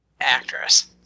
actress